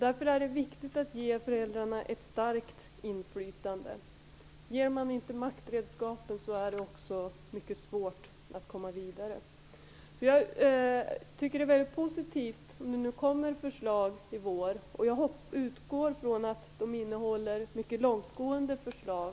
Därför är det viktigt att ge föräldrarna ett starkt inflytande. Ger man inte maktredskapen blir det mycket svårt att komma vidare. Jag tycker således att det är mycket positivt om det kommer förslag till våren. Jag utgår från, eller i varje fall hoppas, att de då innehåller mycket långtgående förslag.